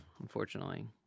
unfortunately